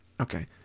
Okay